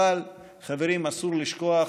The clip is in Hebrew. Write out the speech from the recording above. אבל חברים, אסור לשכוח,